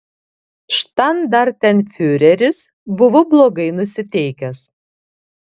štandartenfiureris buvo blogai nusiteikęs